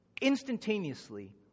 instantaneously